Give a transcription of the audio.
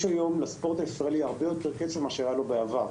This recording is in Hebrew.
יש היום לספורט הישראלי הרבה יותר כסף מאשר היה לו בעבר,